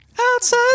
outside